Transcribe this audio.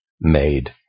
made